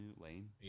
Lane